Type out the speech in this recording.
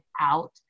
out